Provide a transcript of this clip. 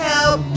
Help